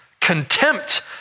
Contempt